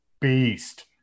beast